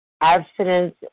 abstinence